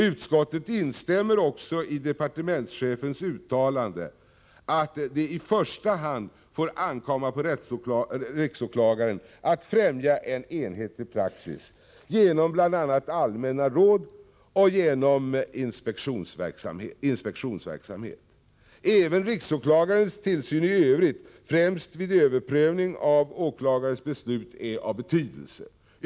Utskottet instämmer också i departementschefens uttalande att det i första hand får ankomma på riksåklagaren att främja en enhetlig praxis genom bl.a. allmänna råd och genom inspektionsverksamhet. Även riksåklagarens tillsyn i övrigt, främst vid överprövning av åklagares beslut, är av betydelse.